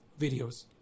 videos